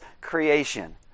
creation